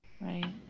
Right